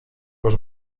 los